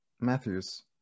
Matthews